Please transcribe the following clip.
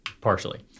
partially